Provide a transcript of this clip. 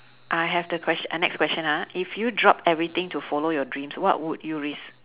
I have the questi~ the next question ah if you drop everything to follow your dreams what would you risk